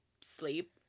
sleep